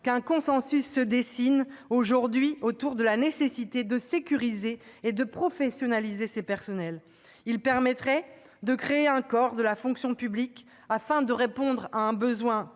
qu'un consensus se dessine aujourd'hui autour de la nécessité de sécuriser et de professionnaliser ces personnels. Ainsi pourrait être créé un corps de la fonction publique, afin de répondre à un besoin